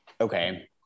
okay